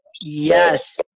Yes